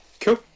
Cool